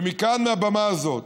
ומכאן, מהבמה הזאת,